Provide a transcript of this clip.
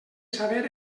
saber